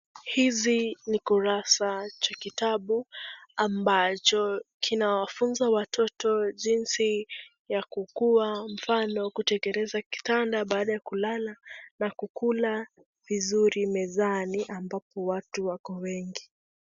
Hizi ni kurasa cha kitabu ambacho kinawafunza watoto jinsi ya kukuwa mfano kutegeneza kitanda baada ya kulala na kukula vizuri mezani ambapo watu wako wengi.